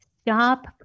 Stop